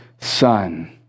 son